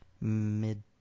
mid